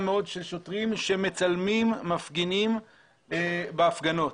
מאוד של שוטרים שמצלמים מפגינים בהפגנות.